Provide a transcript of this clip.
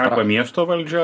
arba miesto valdžia